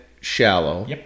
shallow